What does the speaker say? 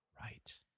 Right